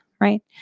right